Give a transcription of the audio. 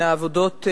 העבודות,